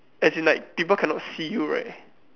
as in like people cannot see you right